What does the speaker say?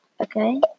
okay